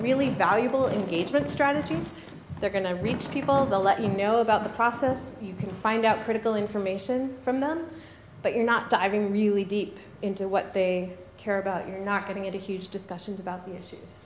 really valuable engagement strategies they're going to reach people they'll let you know about the process you can find out critical information from them but you're not diving really deep into what they care about you're not getting into huge discussions about the